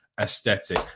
aesthetic